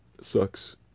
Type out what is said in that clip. sucks